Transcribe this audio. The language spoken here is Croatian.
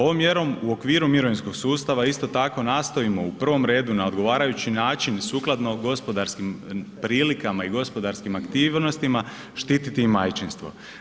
Ovom mjerom u okviru mirovinskog sustava isto tako nastojimo u prvom redu na odgovarajući način i sukladno gospodarskim prilikama i gospodarskim aktivnostima štititi majčinstvo.